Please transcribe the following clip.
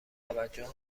توجهم